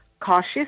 cautious